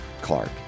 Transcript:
Clark